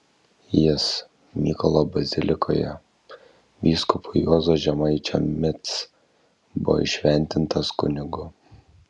jis mykolo bazilikoje vyskupo juozo žemaičio mic buvo įšventintas kunigu